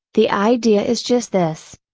the idea is just this.